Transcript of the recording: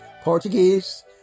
Portuguese